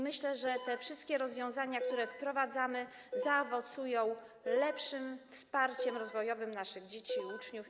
Myślę, że te wszystkie rozwiązania, które wprowadzamy, zaowocują lepszym wsparciem rozwojowym naszych dzieci i uczniów.